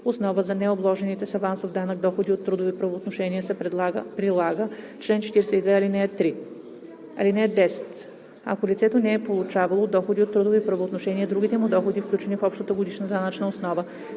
основа за необложените с авансов данък доходи от трудови правоотношения се прилага чл. 42, ал. 3. (10) Ако лицето не е получавало доходи от трудови правоотношения, другите му доходи, включени в общата годишна данъчна основа